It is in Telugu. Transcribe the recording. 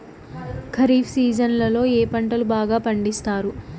ఖరీఫ్ సీజన్లలో ఏ పంటలు బాగా పండిస్తారు